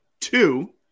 two